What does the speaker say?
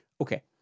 Okay